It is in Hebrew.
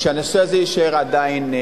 כדי שהנושא הזה יישאר חי.